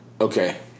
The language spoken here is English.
Okay